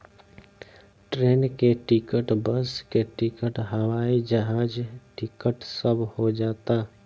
train के ticket, bus के ticket, हवाई जहाज टिकट सब हो जाता